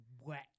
wet